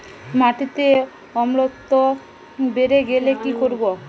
মাটিতে অম্লত্ব বেড়েগেলে কি করব?